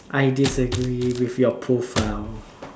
I disagree with your profile